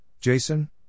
Jason